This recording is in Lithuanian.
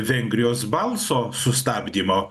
vengrijos balso sustabdymo